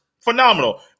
Phenomenal